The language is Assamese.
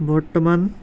বৰ্তমান